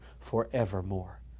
forevermore